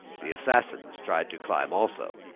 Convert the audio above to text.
the assassins tried to climb also,